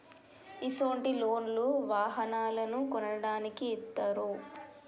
ఇసొంటి లోన్లు వాహనాలను కొనడానికి ఇత్తారు